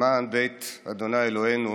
למען בית ה' אלהינו